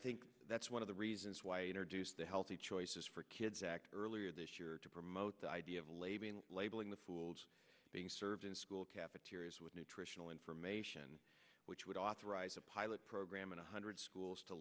think that's one of the reasons why introduce the healthy choices for kids act earlier this year to promote the idea of a label labeling the schools being served in school cafeterias with nutritional information which would authorize a pilot program in one hundred schools to